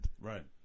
Right